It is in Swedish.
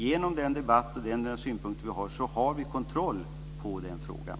Genom den debatt vi för och de synpunkter vi för fram har vi kontroll på den frågan.